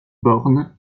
borne